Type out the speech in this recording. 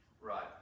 Right